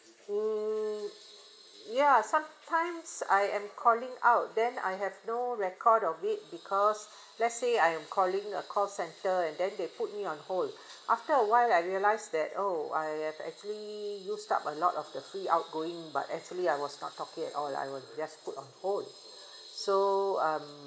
mm ya sometimes I am calling out then I have no record of it because let's say I am calling a call centre and then they put me on hold after awhile I realised that oh I have actually used up a lot of the free outgoing but actually I was not talking at all I will just put on hold so um